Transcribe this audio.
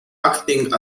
acting